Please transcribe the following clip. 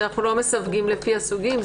שאנחנו לא מסווגים לפי הסוגים.